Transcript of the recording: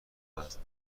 است